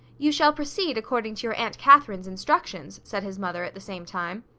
you shall proceed according to your aunt katherine's instructions, said his mother, at the same time.